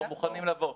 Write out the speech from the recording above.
כבר מוכנים לבוא.